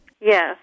Yes